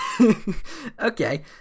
Okay